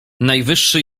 najwyższy